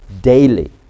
daily